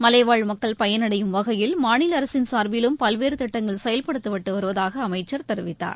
மலைவாழ் மக்கள் பயனடையும் வகையில் மாநிலஅரசின் சார்பிலும் பல்வேறுதிட்டங்கள் செயல்படுத்தப்பட்டுவருவதாகஅமைச்சர் தெரிவித்தார்